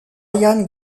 ryan